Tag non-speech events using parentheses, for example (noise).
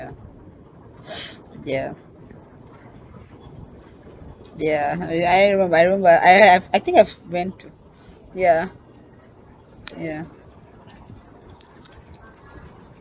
ya (noise) ya ya I remem~ I remember I I have I think I've went to ya ya